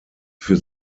für